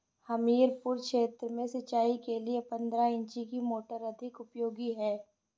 हमीरपुर क्षेत्र में सिंचाई के लिए पंद्रह इंची की मोटर अधिक उपयोगी है?